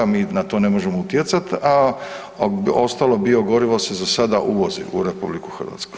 Mi na to ne možemo utjecati, a ostalo biogorivo se za sada uvozi u RH.